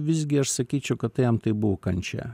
visgi aš sakyčiau kad tai jam tai buvo kančia